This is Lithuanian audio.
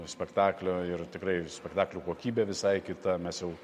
spektaklio ir tikrai spektaklių kokybė visai kita mes jau